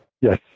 Yes